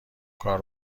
کار